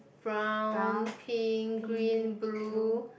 brown pink green blue